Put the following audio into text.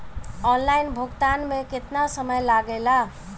Online भुगतान में केतना समय लागेला?